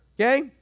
okay